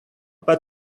but